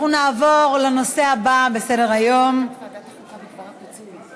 אנחנו נעבור לנושא הבא על סדר-היום.